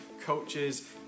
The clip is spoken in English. coaches